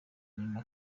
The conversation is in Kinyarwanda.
nyuma